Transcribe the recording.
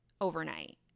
overnight